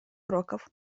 уроков